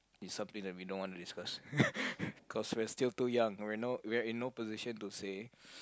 is something that we don't want to discuss cause we're still too young we're no we're in no position to say